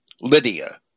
Lydia